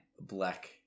black